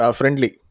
friendly